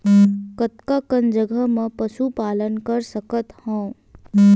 कतका कन जगह म पशु पालन कर सकत हव?